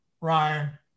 Ryan